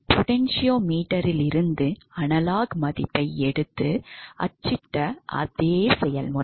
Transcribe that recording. பொட்டெனசியோமீட்டரிலிருந்து analogue மதிப்பை எடுத்து அச்சிட்ட அதே செயல்முறை